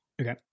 Okay